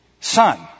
son